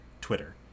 Twitter